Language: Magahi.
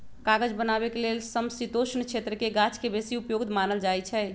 कागज बनाबे के लेल समशीतोष्ण क्षेत्रके गाछके बेशी उपयुक्त मानल जाइ छइ